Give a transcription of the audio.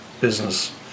business